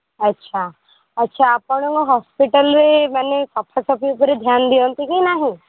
ଆଚ୍ଛା ଆଚ୍ଛା ଆପଣଙ୍କ ହସ୍ପିଟାଲ୍ରେ ମାନେ ସଫା ସଫି ଉପରେ ଧ୍ୟାନ ଦିଅନ୍ତି କି ନାହିଁ